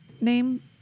name